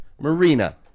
Marina